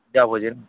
ଯା ଭୋଜିରେ